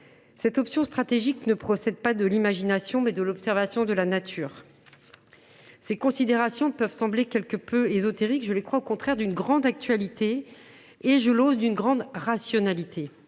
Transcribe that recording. Cette option stratégique procède non pas de l’imagination, mais de l’observation de la nature. Ces considérations peuvent sembler quelque peu ésotériques. Je les crois, au contraire, d’une grande actualité et même, si je puis dire, d’une grande rationalité.